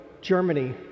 Germany